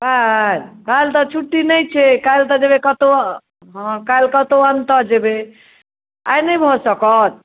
कल कल तऽ छुट्टी नहि छै कल तऽ जयबै कतहुँ हँ काल्हि जयबै कतहुँ अंतर जयबै आइ नहि भऽ सकत